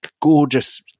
gorgeous